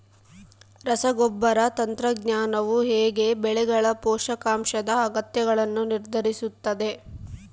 ರಸಗೊಬ್ಬರ ತಂತ್ರಜ್ಞಾನವು ಹೇಗೆ ಬೆಳೆಗಳ ಪೋಷಕಾಂಶದ ಅಗತ್ಯಗಳನ್ನು ನಿರ್ಧರಿಸುತ್ತದೆ?